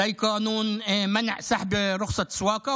כמו חוק איסור שלילת רישיון נהיגה,